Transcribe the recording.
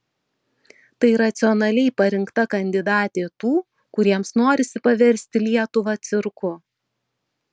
tai racionaliai parinkta kandidatė tų kuriems norisi paversti lietuvą cirku